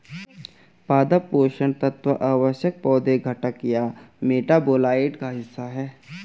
पादप पोषण तत्व आवश्यक पौधे घटक या मेटाबोलाइट का हिस्सा है